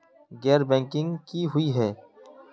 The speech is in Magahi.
गैर बैंकिंग की हुई है?